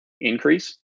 increase